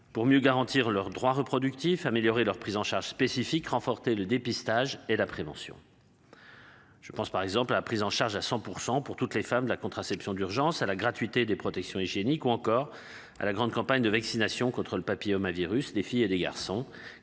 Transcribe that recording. pour mieux garantir leurs droits reproductifs améliorer leur prise en charge spécifique renforcer le dépistage et la prévention. Je pense par exemple à la prise en charge à 100% pour toutes les femmes la contraception d'urgence à la gratuité des protections hygiéniques ou encore à la grande campagne de vaccination contre le papillomavirus des filles et des garçons